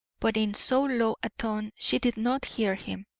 but in so low a tone she did not hear him.